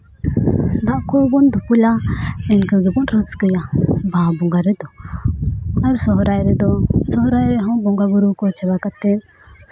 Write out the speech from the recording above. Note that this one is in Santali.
ᱫᱟᱜ ᱠᱚᱵᱚᱱ ᱫᱩᱯᱩᱞᱟ ᱤᱱᱠᱟᱹ ᱜᱮᱵᱚᱱ ᱨᱟᱹᱥᱠᱟᱹᱭᱟ ᱵᱟᱦᱟ ᱵᱚᱸᱜᱟᱭ ᱨᱮᱫᱚ ᱟᱨ ᱥᱚᱦᱨᱟᱭ ᱨᱮᱫᱚ ᱥᱚᱦᱨᱟᱭ ᱨᱮᱦᱚᱸ ᱵᱚᱸᱜᱟᱼᱵᱩᱨᱩ ᱠᱚ ᱪᱟᱵᱟ ᱠᱟᱛᱮᱫ